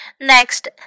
Next